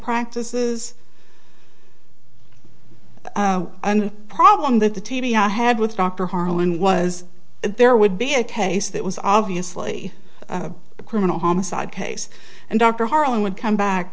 practices and problem that the t v i had with dr harlan was there would be a case that was obviously a criminal homicide case and dr harlan would come back